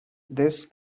this